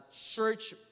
church